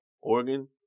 Oregon